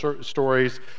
stories